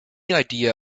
idea